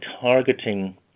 targeting